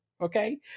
okay